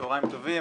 צהריים טובים,